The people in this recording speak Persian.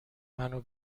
منو